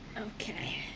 Okay